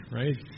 right